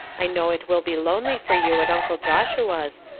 i know it will be lonely for you at uncle joshua's,